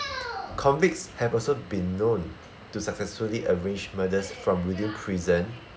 convicts have also been known to successfully arrange murders from within prison